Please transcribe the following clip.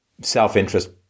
self-interest